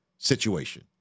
situation